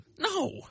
no